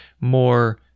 more